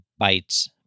Bytes